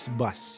bus